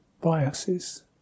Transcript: biases